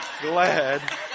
glad